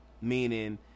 meaning